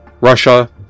Russia